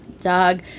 doug